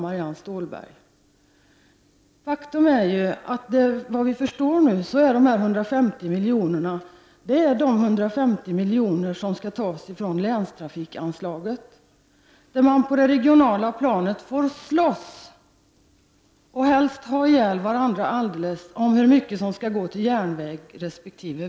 De här 150 miljonerna är, såvitt vi förstår, pengar som skall tas från länstrafikanslaget. På det regionala planet får man slåss — helst vill man väl helt ha ihjäl varandra i det här sammanhanget — när det gäller att avgöra hur mycket som skall gå till järnvägen resp. vägarna.